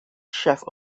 chef